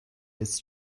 ist